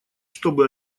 чтобы